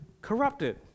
corrupted